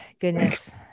goodness